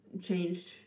changed